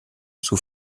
sous